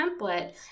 template